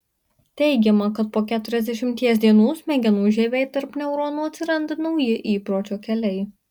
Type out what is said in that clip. teigiama kad po keturiasdešimties dienų smegenų žievėj tarp neuronų atsiranda nauji įpročio keliai